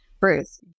Bruce